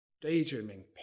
Daydreaming